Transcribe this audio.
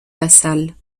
vassal